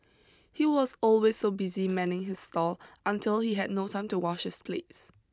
he was always so busy manning his stall until he had no time to wash his plates